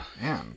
Man